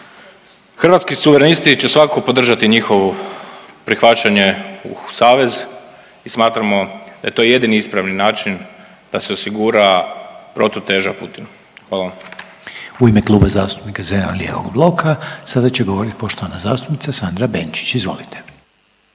Hrvatski suverenisti će svakako podržati njihov prihvaćanje u savez i smatramo da je to jedini ispravni način da se osigura protuteža Putinu. Hvala vam.